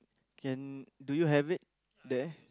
can do you have it there